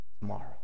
tomorrow